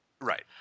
Right